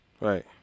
Right